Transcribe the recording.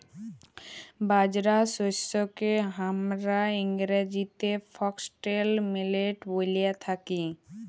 বাজরা শস্যকে হামরা ইংরেজিতে ফক্সটেল মিলেট ব্যলে থাকি